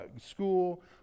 school